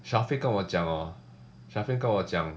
syafiq 跟我讲 hor syafiq 跟我讲